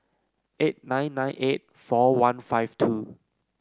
eight nine nine eight four one five two